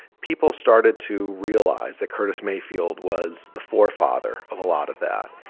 people started to realize that curtis mayfield was the forefather of a lot of that.